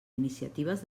iniciatives